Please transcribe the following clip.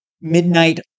midnight